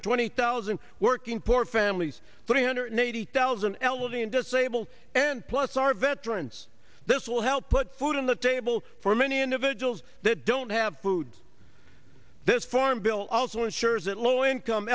twenty thousand working poor families three hundred eighty thousand elderly and disabled and plus our veterans this will help put food on the table for many individuals that don't have food this farm bill also ensures that low income